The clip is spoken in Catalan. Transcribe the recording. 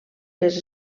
les